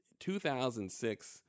2006